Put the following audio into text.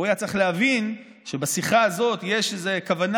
הוא היה צריך להבין שבשיחה הזאת יש איזה כוונה